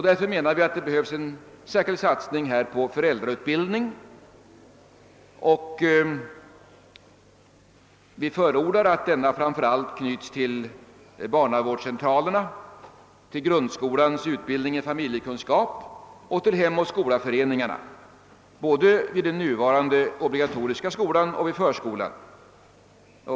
Därför menar vi att det behövs en särskild satsning på föräldrautbildning, och vi förordar att denna framför allt knyts till barnavårdscentralerna, till grundskolans un: dervisning i familjekunskap och till Hem och skola-föreningarna både vid den nuvarande obligatoriska skolan och vid förskolan.